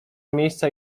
miejsca